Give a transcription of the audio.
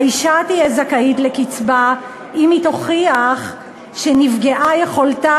והאישה תהיה זכאית לקצבה אם היא תוכיח שנפגעה יכולתה,